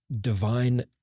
divine